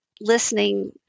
listening